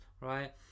right